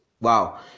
wow